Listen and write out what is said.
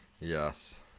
Yes